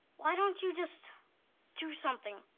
why don't you just do something?